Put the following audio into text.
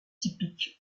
typiques